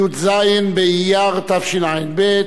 י"ז באייר תשע"ב,